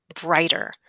brighter